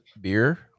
beer